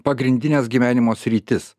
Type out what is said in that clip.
pagrindines gyvenimo sritis